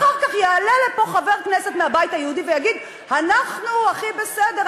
אחר כך יעלה לפה חבר כנסת מהבית היהודי ויגיד: אנחנו הכי בסדר,